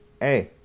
Hey